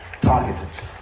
targeted